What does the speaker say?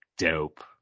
Dope